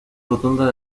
rotonda